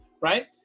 right